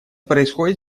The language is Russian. происходит